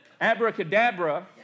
abracadabra